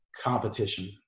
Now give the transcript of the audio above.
competition